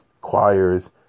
choirs